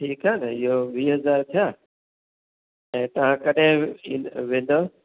ठीकु आहे न इहो वीह हज़ार थिया ऐं तव्हां कॾहिं वी वेंदव